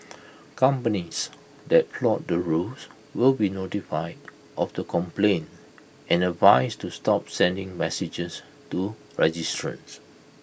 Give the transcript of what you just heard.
companies that flout the rules will be notified of the complaint and advised to stop sending messages to registrants